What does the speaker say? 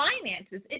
finances